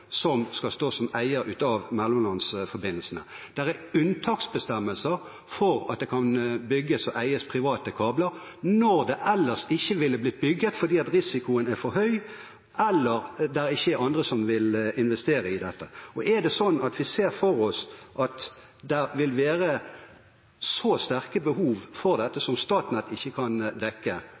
unntaksbestemmelser for at det kan bygges og eies private kabler når det ellers ikke ville blitt bygget fordi risikoen er for høy eller det ikke er andre som vil investere i dette. Er det sånn at vi ser for oss at det vil være så sterke behov for dette som Statnett ikke kan dekke